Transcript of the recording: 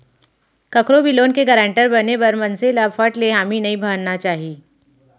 कखरो भी लोन के गारंटर बने बर मनसे ल फट ले हामी नइ भरना चाही